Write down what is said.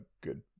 good